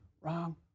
wrong